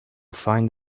find